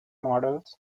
models